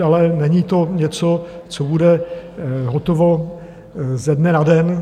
Ale není to něco, co bude hotovo ze dne na den.